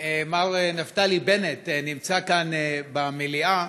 מר נפתלי בנט נמצא כאן, במליאה,